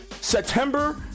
September